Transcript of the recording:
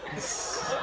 this.